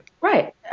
Right